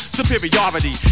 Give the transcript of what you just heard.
Superiority